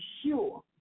sure